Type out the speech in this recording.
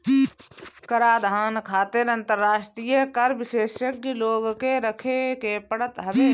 कराधान खातिर अंतरराष्ट्रीय कर विशेषज्ञ लोग के रखे के पड़त हवे